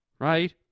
right